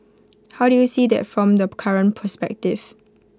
how do you see that from the current perspective